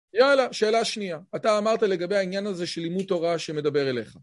יאללה, שאלה שנייה. אתה אמרת לגבי העניין הזה של לימוד תורה שמדבר אליך.